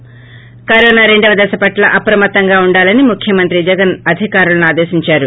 ి కరోనా రెండవ దశ పట్ల అప్రమత్తంగా ఉండాలని ముఖ్యమంత్రి జగన్ అధికారులను ఆదేశించారు